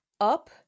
up